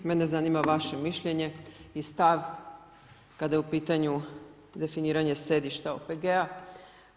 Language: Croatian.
Mene zanima vaše mišljenje i stav kada je u pitanju definiranje sjedišta OPG-a.